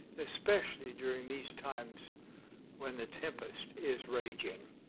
especially during these times when the tempest is raging.